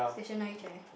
stationary chair